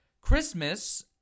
Christmas